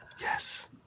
Yes